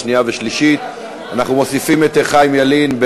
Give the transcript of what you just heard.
אם כן, 39